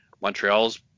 Montreal's